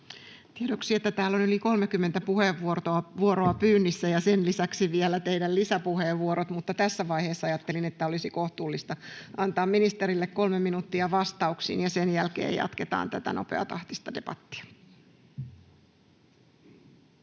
Tiedoksi, että täällä on yli 30 puheenvuoroa pyynnissä ja sen lisäksi vielä teidän lisäpuheenvuorot, mutta tässä vaiheessa ajattelin, että olisi kohtuullista antaa ministerille kolme minuuttia vastauksiin, ja sen jälkeen jatketaan tätä nopeatahtista debattia.